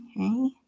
Okay